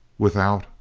without,